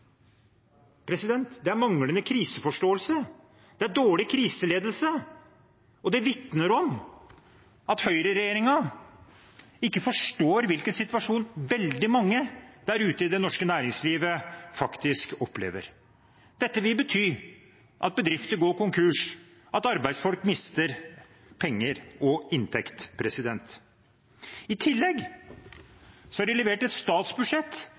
Det er manglende kriseforståelse, det er dårlig kriseledelse, og det vitner om at høyreregjeringen ikke forstår hvilken situasjon veldig mange der ute i det norske næringslivet faktisk opplever. Dette vil bety at bedrifter går konkurs, at arbeidsfolk mister penger og inntekt. I tillegg har de levert et statsbudsjett